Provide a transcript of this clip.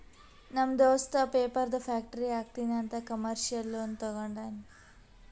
ನಮ್ ದೋಸ್ತ ಪೇಪರ್ದು ಫ್ಯಾಕ್ಟರಿ ಹಾಕ್ತೀನಿ ಅಂತ್ ಕಮರ್ಶಿಯಲ್ ಲೋನ್ ತೊಂಡಾನ